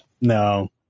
no